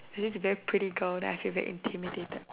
this very pretty girl then I feel very intimidated